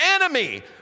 enemy